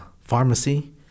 pharmacy